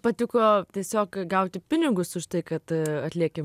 patiko tiesiog gauti pinigus už tai kad atlieki